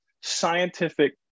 scientific